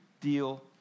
deal